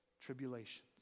tribulations